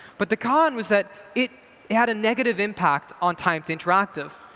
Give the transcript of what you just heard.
but the con was that it had a negative impact on time to interactive.